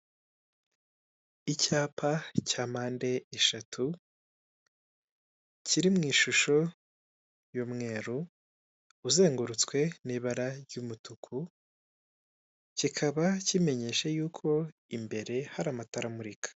Icyapa cya mpande eshatu kiri mu ishusho y'umweru, uzengurutswe n'ibara ry'umutuku, kikaba kimenyesha yuko imbere hari amatara amurika.